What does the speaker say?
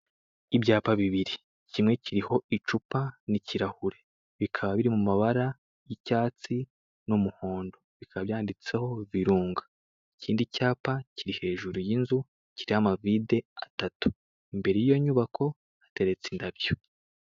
Ibyapa bibiri kimwe kiriho icupa n'ikirahure bikaba biri mu mabara y'icyatsi n'umuhondo bikaba byanditseho virunga, ikindi cyapa kiri hejuru y'inzu kiriho amavide atatu imbere y'iyo nyubako hateretse indabyo.